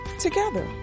together